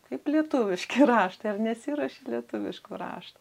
kaip lietuviški raštai ar nesiruoši lietuviškų raštų